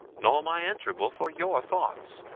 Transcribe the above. nor am i answerable for your thoughts.